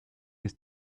his